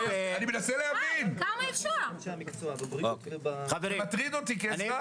אני מנסה להבין, זה מטריד אותי כאזרח.